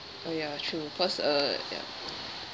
oh ya true because uh ya